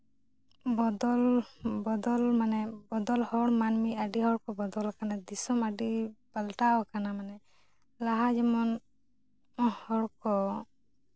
ᱵᱚᱫᱚᱞ ᱵᱚᱫᱚᱞ ᱢᱟᱱᱮ ᱵᱚᱫᱚᱞ ᱦᱚᱲ ᱢᱟᱹᱱᱢᱤ ᱟᱹᱰᱤ ᱦᱚᱲ ᱠᱚ ᱵᱚᱫᱚᱞ ᱠᱟᱱᱟ ᱫᱤᱥᱳᱢ ᱟᱹᱰᱤ ᱯᱟᱞᱴᱟᱣ ᱠᱟᱱᱟ ᱢᱟᱱᱮ ᱞᱟᱦᱟ ᱡᱮᱢᱚᱱ ᱦᱚᱲ ᱠᱚ